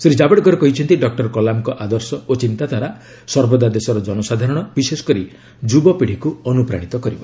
ଶ୍ରୀ ଜାବଡେକର କହିଛନ୍ତି ଡକ୍ଟର କଲାମଙ୍କ ଆଦର୍ଶ ଓ ଚିନ୍ତାଧାରା ସର୍ବଦା ଦେଶର ଜନସାଧାରଣ ବିଶେଷକରି ଯୁବପିଢ଼ିକୁ ଅନୁପ୍ରାଣିତ କରିବ